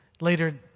later